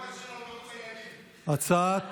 הצעת